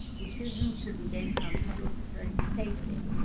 decisions should be based on public so safety,